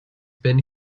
been